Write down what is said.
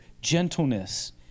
gentleness